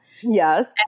Yes